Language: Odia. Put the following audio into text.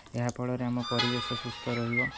ଏହାଫଳରେ ଆମ ପରିବେଶ ସୁସ୍ଥ ରହିବ